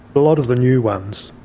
a lot of the new ones,